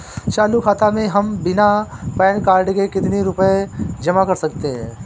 चालू खाता में हम बिना पैन कार्ड के कितनी रूपए जमा कर सकते हैं?